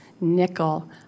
nickel